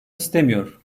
istemiyor